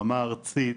ברמה ארצית.